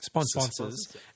sponsors